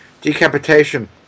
decapitation